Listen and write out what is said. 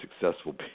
successful